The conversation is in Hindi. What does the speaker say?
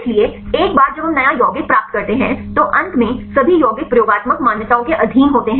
इसलिए एक बार जब हम नया यौगिक प्राप्त करते हैं तो अंत में सभी यौगिक प्रयोगात्मक मान्यताओं के अधीन होते हैं